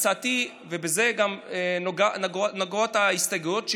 הצעתי, ובזה גם נוגעות ההסתייגויות שלי,